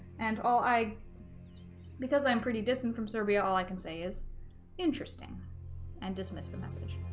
and all i because i'm pretty distant from serbia all i can say is interesting and dismiss the message